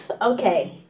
Okay